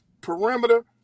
perimeter